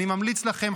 אני ממליץ לכם,